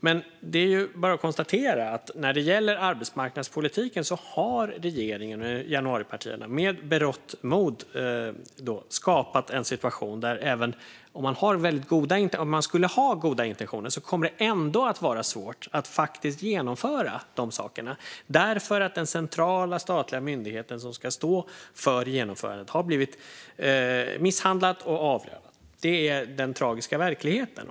Men det är bara att konstatera att när det gäller arbetsmarknadspolitiken har regeringen och januaripartierna med berått mod skapat en situation som innebär att även om man skulle ha goda intentioner kommer det ändå att vara svårt att faktiskt genomföra de sakerna, eftersom den centrala statliga myndighet som ska stå för genomförandet har blivit misshandlad och avlövad. Det är den tragiska verkligheten.